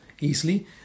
easily